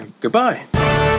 Goodbye